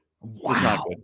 Wow